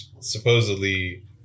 supposedly